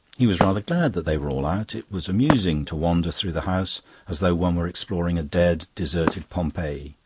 he was rather glad that they were all out it was amusing to wander through the house as though one were exploring a dead, deserted pompeii.